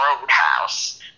Roadhouse